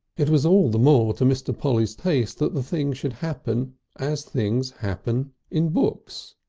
it was all the more to mr. polly's taste that the thing should happen as things happen in books.